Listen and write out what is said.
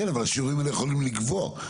כן, אבל השיעורים האלה יכולים לגבוה.